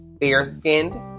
fair-skinned